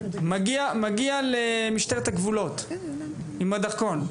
הוא מגיע למשטרת הגבולות עם הדרכון,